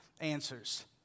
answers